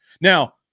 Now